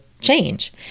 change